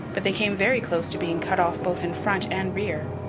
but they came very close to being cut off both in front and rear.